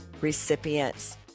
recipients